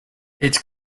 its